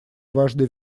важной